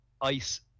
ice